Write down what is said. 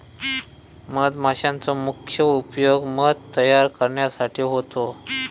मधमाशांचो मुख्य उपयोग मध तयार करण्यासाठी होता